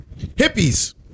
Hippies